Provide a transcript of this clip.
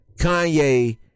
Kanye